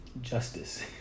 justice